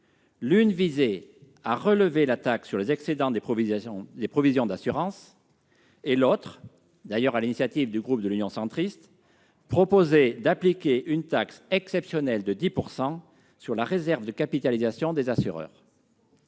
l'une visait à relever la taxe sur les excédents des provisions des sociétés d'assurance ; l'autre, adoptée sur l'initiative du groupe Union Centriste, proposait d'appliquer une taxe exceptionnelle de 10 % sur la réserve de capitalisation des assureurs.